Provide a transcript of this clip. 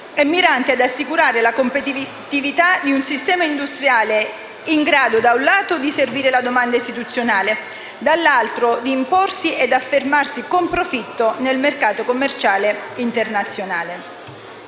mira ad assicurare la competitività di un sistema industriale che sia in grado, da un lato, di servire la domanda istituzionale, e, dall'altro, d'imporsi e affermarsi con profitto nel mercato commerciale internazionale.